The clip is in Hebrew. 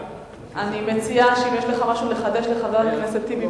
אני מציעה שאם יש לך משהו לחדש לחבר הכנסת טיבי,